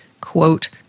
Quote